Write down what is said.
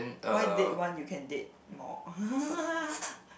why date one you can date more